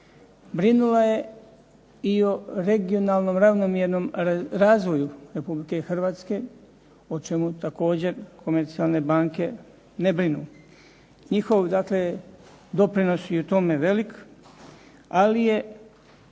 Brinula je i o regionalnom ravnomjernom razvoju Republike Hrvatske, o čemu također komercijalne banke ne brinu. Njihov dakle doprinos je u tome velik, ali je